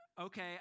Okay